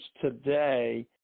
today